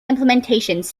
implementations